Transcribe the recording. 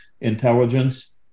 intelligence